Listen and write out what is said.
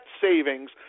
savings